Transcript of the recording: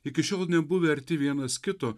iki šiol nebuvę arti vienas kito